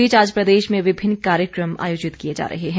इस बीच आज प्रदेश में विभिन्न कार्यक्रम आयोजित किये जा रहे हैं